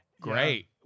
great